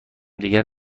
دیگر